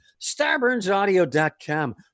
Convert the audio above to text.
StarburnsAudio.com